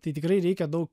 tai tikrai reikia daug